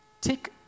Take